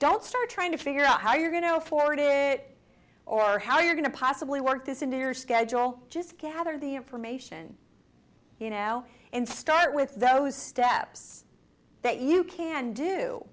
don't start trying to figure out how you're going to afford it or how you're going to possibly work this into your schedule just gather the information you know and start with those steps that you can do